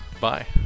bye